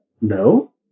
No